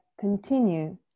Continue